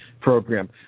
program